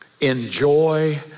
enjoy